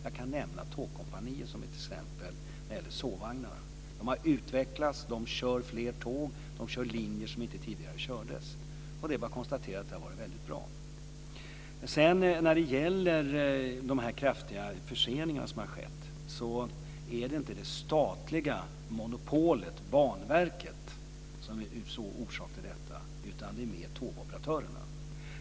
Jag kan nämna Tågkompaniet som ett exempel när det gäller sovvagnarna. De har utvecklats. De kör fler tåg. De kör linjer som inte tidigare kördes. Det är bara att konstatera att det har varit väldigt bra. När det gäller de kraftiga förseningar som har skett är det inte det statliga monopolet och Banverket som är orsaken, utan det är mer tågoperatörerna.